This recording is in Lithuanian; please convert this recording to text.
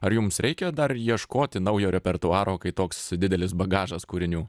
ar jums reikia dar ieškoti naujo repertuaro kai toks didelis bagažas kūrinių